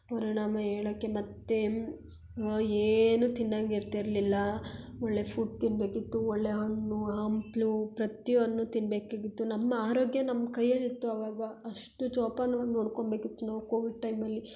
ಪರಿಣಾಮ ಹೇಳಕೆ ಮತ್ತು ವ ಏನೂ ತಿನ್ನಂಗೆ ಇರ್ತಿರಲಿಲ್ಲ ಒಳ್ಳೆಯ ಫುಡ್ ತಿನ್ನಬೇಕಿತ್ತು ಒಳ್ಳೆಯ ಹಣ್ಣು ಹಂಪಲು ಪ್ರತಿ ಒಂದು ತಿನ್ನಬೇಕಿದ್ದಿತ್ತು ನಮ್ಮ ಆರೋಗ್ಯ ನಮ್ಮ ಕೈಯಲ್ಲಿತ್ತು ಅವಾಗ ಅಷ್ಟು ಜೋಪಾನ್ವಾಗಿ ನೋಡ್ಕೋಂಬೇಕಿತ್ತು ನಾವು ಕೋವಿಡ್ ಟೈಮಲ್ಲಿ